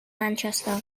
manchester